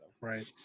Right